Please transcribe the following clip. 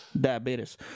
Diabetes